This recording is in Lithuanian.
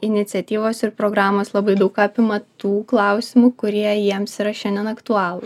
iniciatyvos ir programos labai daug apima tų klausimų kurie jiems yra šiandien aktualu